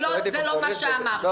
זה שאת קוראת לי פופוליסט זה גדול.